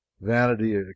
Vanity